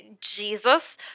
Jesus